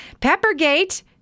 Peppergate